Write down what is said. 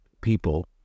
people